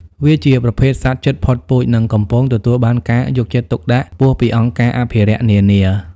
វាជាប្រភេទសត្វជិតផុតពូជ និងកំពុងទទួលបានការយកចិត្តទុកដាក់ខ្ពស់ពីអង្គការអភិរក្សនានា។